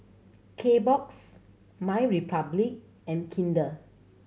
Kbox MyRepublic and Kinder